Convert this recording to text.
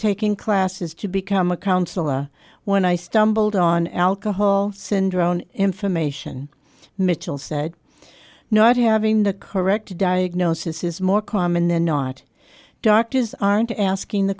taking classes to become a counselor when i stumbled on alcohol syndrome information mitchell said not having the correct diagnosis is more common than not doctors aren't asking the